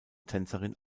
tänzerin